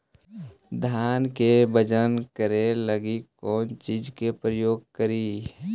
धान के बजन करे लगी कौन चिज के प्रयोग करि?